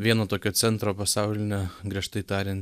vieno tokio centro pasaulinio griežtai tariant